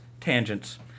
tangents